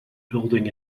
building